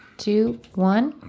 two, one.